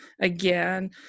again